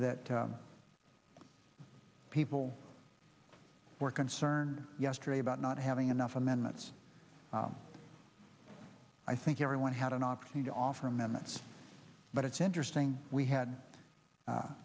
that people were concerned yesterday about not having enough amendments i think everyone had an opportunity to offer amendments but it's interesting we had